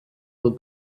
will